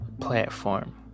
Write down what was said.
platform